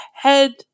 head